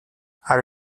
are